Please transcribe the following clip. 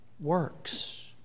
works